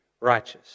righteous